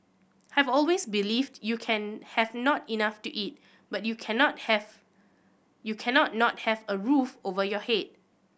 I've always believed you can have not enough to eat but you cannot have you cannot not have a roof over your head